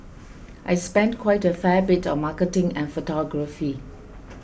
I spend quite a fair bit on marketing and photography